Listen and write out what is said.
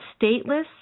stateless